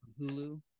Hulu